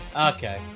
okay